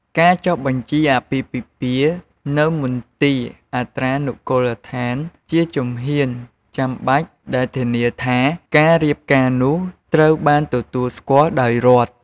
ការចុះបញ្ជីអាពាហ៍ពិពាហ៍នៅមន្ទីរអត្រានុកូលដ្ឋាន ជាជំហានចាំបាច់ដែលធានាថា ការរៀបការនោះត្រូវបានទទួលស្គាល់ដោយរដ្ឋ។